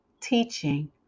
teaching